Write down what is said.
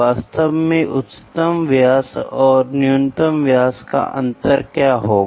वास्तव में उच्चतम व्यास तथा न्यूनतम व्यास का अंतर क्या होगा